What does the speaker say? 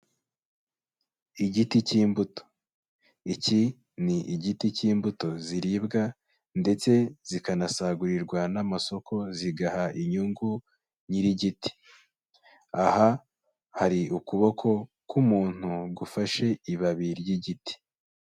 Igiti cy'imbuto. Iki ni igiti cy'imbuto ziribwa ndetse zikanasagurirwa n'amasoko, zigaha inyungu nyir'igiti. Aha hari ukuboko k'umuntu gufashe ibabi ry'igiti.